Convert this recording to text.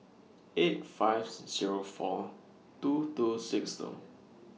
eight fives Zero four two two six two